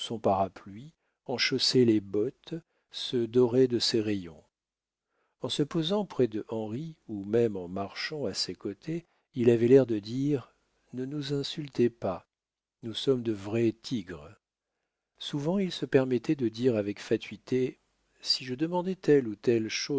parapluie en chaussait les bottes se dorait de ses rayons en se posant près de henri ou même en marchant à ses côtés il avait l'air de dire ne nous insultez pas nous sommes de vrais tigres souvent il se permettait de dire avec fatuité si je demandais telle ou